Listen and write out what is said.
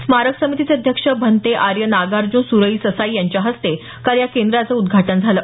स्मारक समितीचे अध्यक्ष भंते आर्य नागार्जुन सुरई ससाई यांच्या हस्ते काल या केंद्राचं उद्घाटन झालं